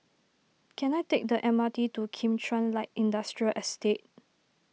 can I take the M R T to Kim Chuan Light Industrial Estate